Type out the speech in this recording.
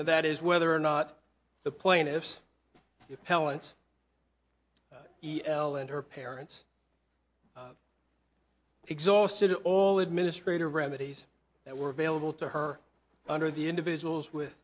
that is whether or not the plaintiffs appellants e l and her parents exhausted all administrative remedies that were available to her under the individuals with